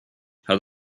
had